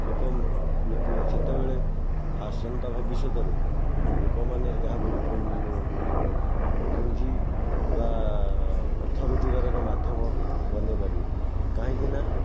ଲୋକ ସେତେବେଳେ ଆସନ୍ତା ଭବିଷ୍ୟତରେ ଲୋକମାନେ ଏହାକୁ ପୁଞ୍ଜି ବା ଅର୍ଥ ରୋଜଗାର ମାଧ୍ୟମ ବନେଇ ପାରିବେ କାହିଁକି ନା